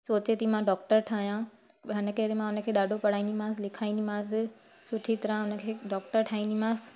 सोचे थी मां डॉक्टर या पर हाणे खे वरी मां ॾाढो पढ़ाईंदीमांसि लिखाईंदीमांसि सुठी तरह हुन खे डॉक्टर ठाहींदीमांसि